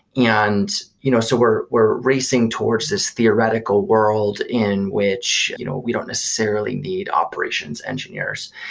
yeah and you know so we're we're racing towards this theoretical world in which you know we don't necessarily need operations engineers.